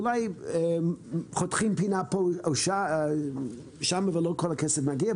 אולי חותכים פינה פה או שם ולא כל הכסף מגיע.